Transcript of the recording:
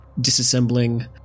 disassembling